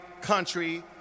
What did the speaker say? country